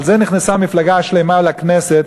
על זה נכנסה מפלגה שלמה לכנסת,